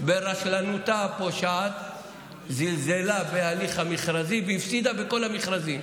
ברשלנותה הפושעת היא זלזלה בהליך המכרזי והפסידה בכל המכרזים.